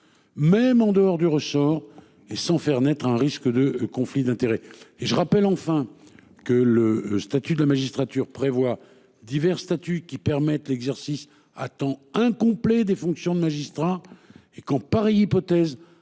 Même en dehors du ressort et sans faire naître un risque de conflit d'intérêts et je rappelle enfin que le statut de la magistrature prévoit divers statuts qui permettent l'exercice à temps incomplet des fonctions de magistrats et qu'en pareille hypothèse